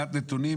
מבחינת נתונים,